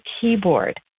keyboard